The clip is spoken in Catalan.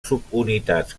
subunitats